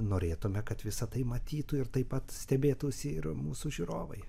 norėtume kad visa tai matytų ir taip pat stebėtųsi ir mūsų žiūrovai